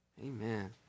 Amen